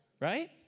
right